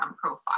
profile